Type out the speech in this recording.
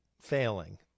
failing